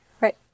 right